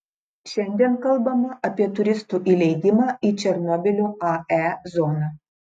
šiandien kalbama apie turistų įleidimą į černobylio ae zoną